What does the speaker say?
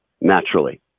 naturally